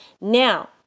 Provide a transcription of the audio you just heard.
Now